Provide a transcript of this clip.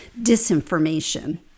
disinformation